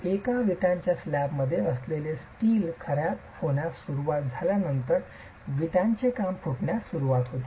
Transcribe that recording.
एकदा विटांच्या स्लॅबमध्ये असलेले स्टील खराब होण्यास सुरवात झाल्यानंतर विटांचे काम फुटण्यास सुरवात होते